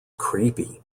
creepy